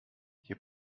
hier